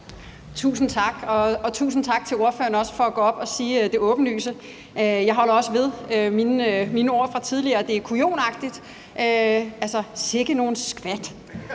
Tusind tak, og også tusind tak til ordføreren for at gå op og sige det åbenlyse. Jeg står også ved mine ord fra tidligere om, at det her er kujonagtigt. Altså, sikke nogle skat,